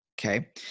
Okay